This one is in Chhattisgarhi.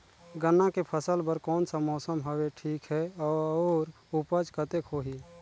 गन्ना के फसल बर कोन सा मौसम हवे ठीक हे अउर ऊपज कतेक होही?